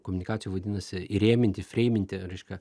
komunikacijo vadinasi įrėminti įfreiminti reiškia